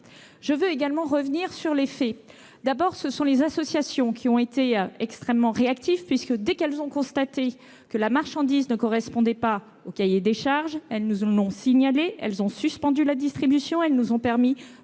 Je veux également revenir sur les faits. D'abord, ce sont les associations qui ont été extrêmement réactives, puisque, dès qu'elles ont constaté que la marchandise ne correspondait pas au cahier des charges, elles nous l'ont signalé et en ont suspendu la distribution. Ce faisant, elles nous ont permis de